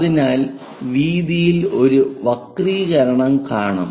അതിനാൽ വീതിയിൽ ഒരു വക്രീകരണം കാണും